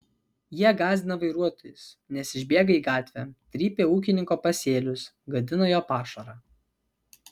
jie gąsdina vairuotojus nes išbėga į gatvę trypia ūkininko pasėlius gadina jo pašarą